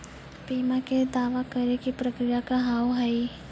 बीमा के दावा करे के प्रक्रिया का हाव हई?